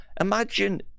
imagine